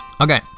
Okay